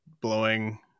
blowing